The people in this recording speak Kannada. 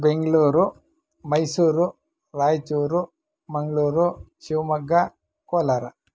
ಬೆಂಗಳೂರು ಮೈಸೂರು ರಾಯಚೂರು ಮಂಗಳೂರು ಶಿವಮೊಗ್ಗ ಕೋಲಾರ